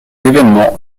événements